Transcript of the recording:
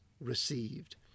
received